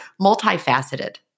multifaceted